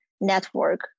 network